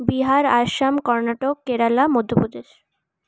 Bihar Assam Karnataka Kerala Madhya Pradesh